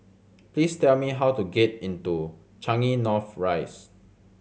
please tell me how to get in to Changi North Rise